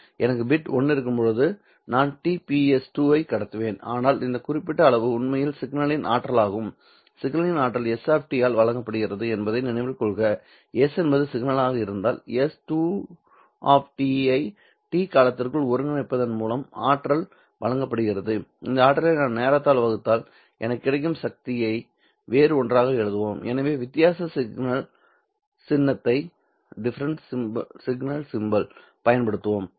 எனக்கு பிட் 1 இருக்கும்போது நான் T Ps 2 ஐ கடத்துவேன் ஆனால் இந்த குறிப்பிட்ட அளவு உண்மையில் சிக்னலின் ஆற்றலாகும் சிக்னலின் ஆற்றல் s ஆல் வழங்கப்படுகிறது என்பதை நினைவில் கொள்க s என்பது சிக்னலாக இருந்தால் s2 ஐ t காலத்திற்குள் ஒருங்கிணைப்பதன் மூலம் ஆற்றல் வழங்கப்படுகிறது இந்த ஆற்றலை நான் நேரத்தால் வகுத்தால் எனக்குக் கிடைக்கும் சக்தியை வேறு ஒன்றாக எழுதுவோம் எனவே வித்தியாச சிக்னல் சின்னத்தைப் பயன்படுத்துவோம்